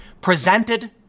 presented